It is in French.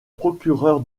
procureur